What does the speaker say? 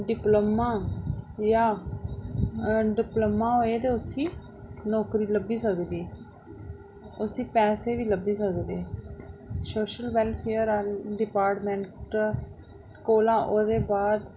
diploma जां diploma होए ते उसी नौकरी लब्भी सकदी उसी पैसे बी लब्भी सकदे सोशल बैलफेयर आह्ले डिपार्मेंट कोला बाद